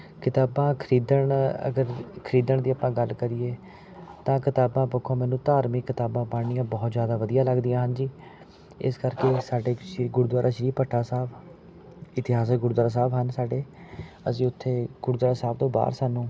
ਕਿਤਾਬਾਂ ਖਰੀਦਣ ਅਗਰ ਖਰੀਦਣ ਦੀ ਆਪਾਂ ਗੱਲ ਕਰੀਏ ਤਾਂ ਕਿਤਾਬਾਂ ਪੱਖੋਂ ਮੈਨੂੰ ਧਾਰਮਿਕ ਕਿਤਾਬਾਂ ਪੜ੍ਹਨੀਆਂ ਬਹੁਤ ਜ਼ਿਆਦਾ ਵਧੀਆ ਲਗਦੀਆਂ ਹਨ ਜੀ ਇਸ ਕਰਕੇ ਸਾਡੇ ਸ਼੍ਰੀ ਗੁਰਦੁਆਰਾ ਸ਼੍ਰੀ ਭੱਠਾ ਸਾਹਿਬ ਇਤਿਹਾਸਕ ਗੁਰਦੁਆਰਾ ਸਾਹਿਬ ਹਨ ਸਾਡੇ ਅਸੀਂ ਉੱਥੇ ਗੁਰਦੁਆਰਾ ਸਾਹਿਬ ਤੋਂ ਬਾਹਰ ਸਾਨੂੰ